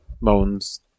moans